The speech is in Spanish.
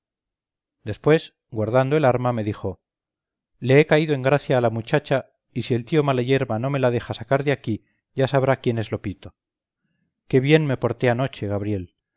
después guardando el arma me dijo le he caído en gracia a la muchacha y si el tíomalayerba no me la deja sacar de aquí ya sabrá quién es lopito qué bien me porté anoche gabriel